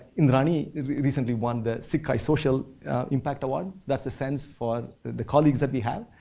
indrani recently won the sgchi social impact award. that's the sense for the colleagues that we have.